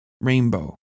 rainbow